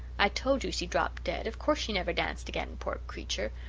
i told you she dropped dead. of course she never danced again, poor creature.